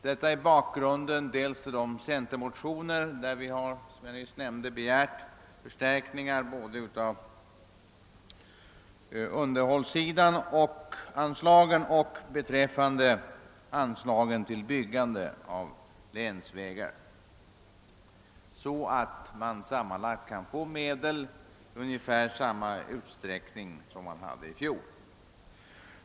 Detta är bakgrunden till de centermotioner, i vilka vi begärt förstärkningar både av underhållsanslagen och av anslagen till byggande av länsvägar för att man sammanlagt skall få medel i ungefär samma utsträckning som man hade i fjol.